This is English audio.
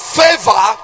favor